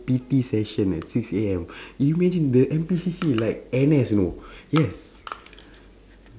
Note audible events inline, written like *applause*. P_T session eh six A_M *breath* you imagine the N_P_C_C like N_S you know *breath* yes